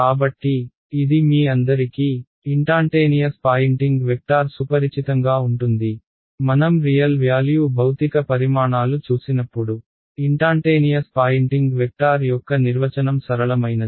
కాబట్టి ఇది మీ అందరికీ ఇన్టాంటేనియస్ పాయింటింగ్ వెక్టార్ సుపరిచితంగా ఉంటుంది మనం రియల్ వ్యాల్యూ భౌతిక పరిమాణాలు చూసినప్పుడు ఇన్టాంటేనియస్ పాయింటింగ్ వెక్టార్ యొక్క నిర్వచనం సరళమైనది